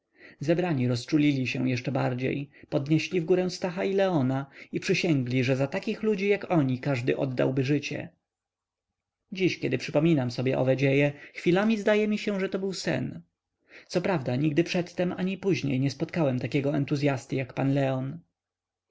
rękę zebrani rozczulili się jeszcze bardziej podnieśli w górę stacha i leona i przysięgli że za takich ludzi jak oni każdy oddałby życie dziś kiedy przypominam sobie owe dzieje chwilami zdaje mi się że to był sen co prawda nigdy przedtem ani później nie spotkałem takiego entuzyasty jak pan leon